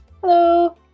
Hello